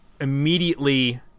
immediately